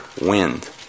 wind